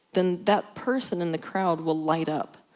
then that person in the crowd will light up.